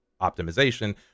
optimization